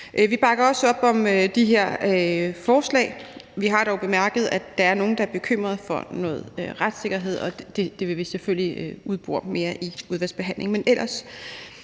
Vi bakker også op om de her forslag. Vi har dog bemærket, at der er nogle, der er bekymret for noget med retssikkerheden, og det vil vi selvfølgelig udbore mere i udvalgsbehandlingen. Men ellers